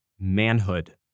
manhood